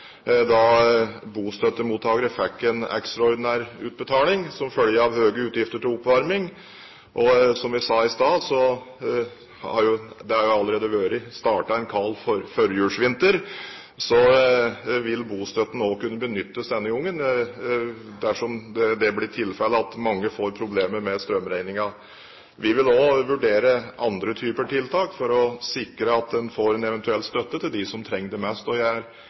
bostøttemottakere fikk en ekstraordinær utbetaling som følge av høye utgifter til oppvarming. Og som jeg sa i sted – nå har en kald førjulsvinter allerede startet – vil bostøtten også kunne benyttes denne gangen dersom tilfellet blir at mange får problemer med strømregningen. Vi vil også vurdere andre typer tiltak for å sikre at man får en eventuell støtte til dem som trenger det mest.